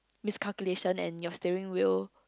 miscalculation and your steering wheel